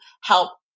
help